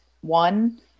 one